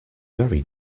very